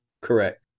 Correct